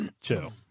chill